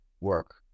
work